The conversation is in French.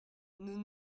nous